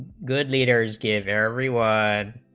good leaders gave every one